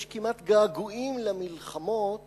יש כמעט געגועים למלחמות